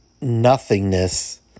nothingness